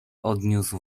odniósł